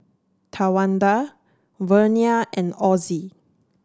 Tawanda Vernia and Ossie